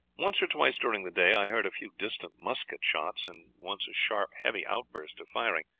once or twice during the day i heard a few distant musket shots, and once a sharp, heavy outburst of firing.